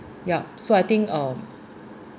yup so I think um